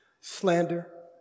slander